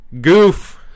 Goof